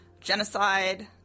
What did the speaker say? genocide